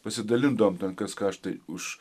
pasidalindavom kas ką aš tai už